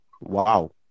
Wow